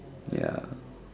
ya